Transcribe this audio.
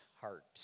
heart